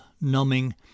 numbing